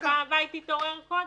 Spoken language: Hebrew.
אולי בפעם הבאה היא תתעורר קודם.